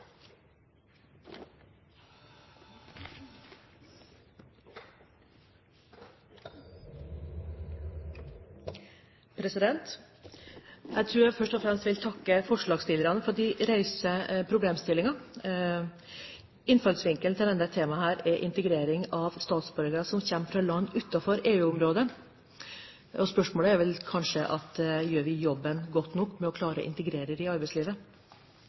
vedtatt. Jeg tror jeg først og fremst vil takke forslagsstillerne for at de reiser problemstillingen. Innfallsvinkelen til dette temaet er integrering av statsborgere som kommer fra land utenfor EU-området. Spørsmålet er vel kanskje: Gjør vi jobben med å integrere dem i arbeidslivet godt nok? Bruker vi de virkemidlene som vi har tilgjengelig i